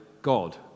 God